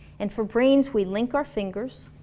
and for brains we link our fingers,